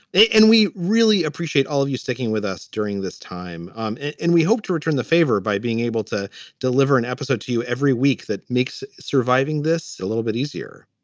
and we really appreciate all of you sticking with us during this time. um and we hope to return the favor by being able to deliver an episode to you every week that makes surviving this a little bit easier.